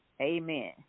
Amen